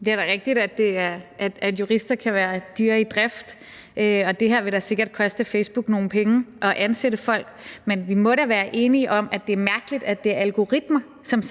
Det er da rigtigt, at jurister kan være dyre i drift, og det her vil sikkert koste Facebook nogle penge, altså at ansætte folk. Men vi må da være enige om, at det er mærkeligt, at det er algoritmer, som